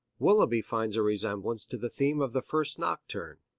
willeby finds a resemblance to the theme of the first nocturne.